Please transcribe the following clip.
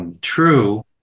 True